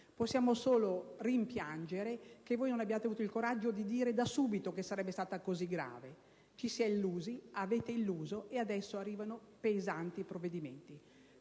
Possiamo solo rimpiangere che voi non abbiate avuto il coraggio di dire da subito che sarebbe stata così grave. Ci si è illusi, avete illuso e adesso arrivano pesanti provvedimenti